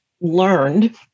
learned